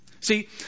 See